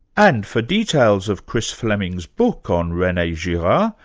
and for details of chris fleming's book on rene girard,